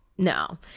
No